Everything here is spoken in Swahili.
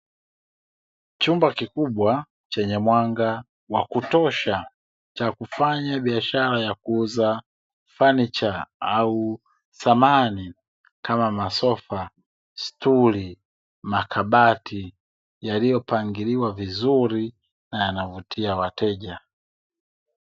chumba kikubwa chenye mwanga wa kutosha cha kufanya biashara ya kuuza fanicha au samani kama masofa ,stuli, makabati yaliyopangiliwa vizuri na yanavutia wateja .